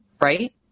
Right